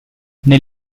nel